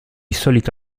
solito